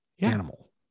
animal